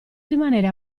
rimanere